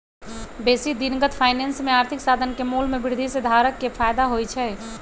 बेशी दिनगत फाइनेंस में आर्थिक साधन के मोल में वृद्धि से धारक के फयदा होइ छइ